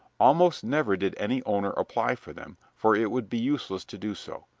almost never did any owner apply for them, for it would be useless to do so.